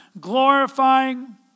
glorifying